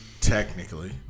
Technically